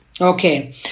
Okay